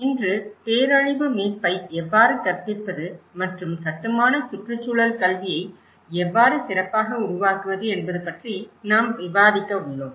இன்று பேரழிவு மீட்பை எவ்வாறு கற்பிப்பது மற்றும் கட்டுமான சுற்றுச்சூழல் கல்வியை எவ்வாறு சிறப்பாக உருவாக்குவது என்பது பற்றி நாம் விவாதிக்க உள்ளோம்